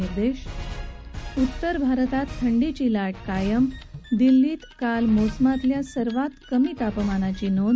निर्देश उत्तर भारतात थंडीची लाट कायम दिल्लीत काल मोसमातल्या सर्वात कमी तापमानाची नोंद